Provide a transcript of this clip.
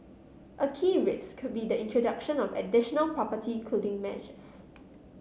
a key risk could be the introduction of additional property cooling measures